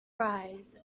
rise